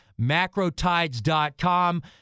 macrotides.com